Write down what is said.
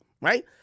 right